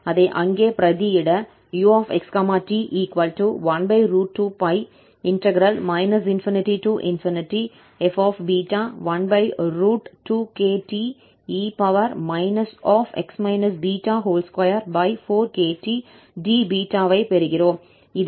அதை அங்கே பிரதியிட 𝑢𝑥 𝑡 12π ∞f12kte x β24ktdβ ஐ பெறுகிறோம்